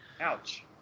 Ouch